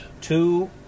Two